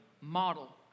model